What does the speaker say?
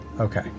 Okay